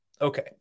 Okay